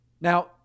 Now